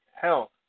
health